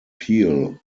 peel